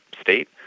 state